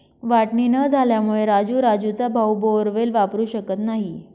वाटणी न झाल्यामुळे राजू राजूचा भाऊ बोअरवेल वापरू शकत नाही